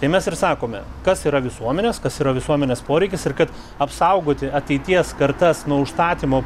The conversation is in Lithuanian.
ir mes ir sakome kas yra visuomenės kas yra visuomenės poreikis ir kad apsaugoti ateities kartas nuo užstatymo